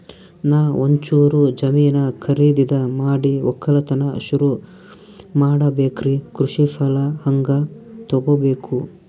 ನಾ ಒಂಚೂರು ಜಮೀನ ಖರೀದಿದ ಮಾಡಿ ಒಕ್ಕಲತನ ಸುರು ಮಾಡ ಬೇಕ್ರಿ, ಕೃಷಿ ಸಾಲ ಹಂಗ ತೊಗೊಬೇಕು?